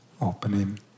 opening